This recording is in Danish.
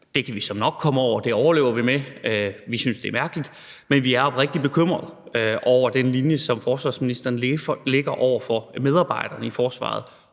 det kan vi såmænd nok komme over, det overlever vi, men vi synes, det er mærkeligt – men vi er oprigtigt bekymrede over den linje, som forsvarsministeren lægger over for medarbejderne i forsvaret,